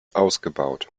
ausgebaut